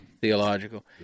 theological